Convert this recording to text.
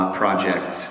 project